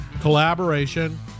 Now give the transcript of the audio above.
collaboration